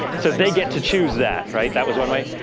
so they get to choose that, right. that was one way.